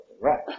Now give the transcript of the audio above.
Right